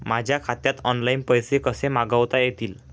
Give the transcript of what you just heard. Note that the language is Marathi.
माझ्या खात्यात ऑनलाइन पैसे कसे मागवता येतील?